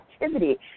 activity